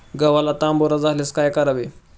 गव्हाला तांबेरा झाल्यास काय करावे?